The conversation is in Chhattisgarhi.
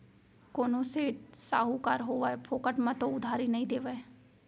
कोनो सेठ, साहूकार होवय फोकट म तो उधारी नइ देवय